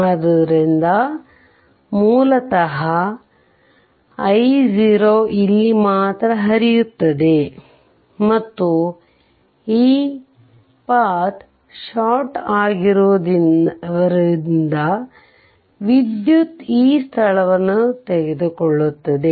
ಆದ್ದರಿಂದ ಮೂಲತಃ i0 ಇಲ್ಲಿ ಮಾತ್ರ ಹರಿಯುತ್ತದೆ ಮತ್ತು ಈ ಪಾತ್ ಷಾರ್ಟ್ ಆಗಿರುವುದರಿದ ವಿದ್ಯುತ್ ಈ ಸ್ಥಳವನ್ನು ತೆಗೆದುಕೊಳ್ಳುತ್ತದೆ